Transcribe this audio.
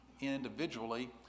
individually